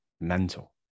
mental